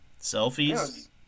selfies